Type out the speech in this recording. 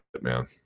man